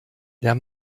der